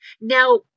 Now